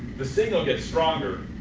the signal gets stronger